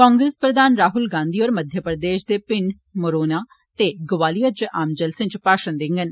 कांग्रेस प्रधान राहुल गांधी होर मध्य प्रदेश दे भिंड मोरेना ते ग्वालियर च आम जलसें च भाषण देंडन